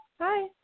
Hi